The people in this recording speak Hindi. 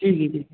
जी जी जी जी